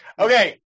Okay